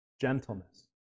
gentleness